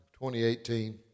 2018